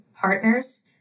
partners